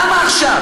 למה עכשיו?